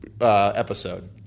episode